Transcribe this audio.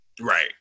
Right